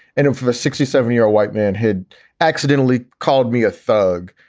and i'm for a sixty seven year a white man had accidentally called me a thug.